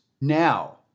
Now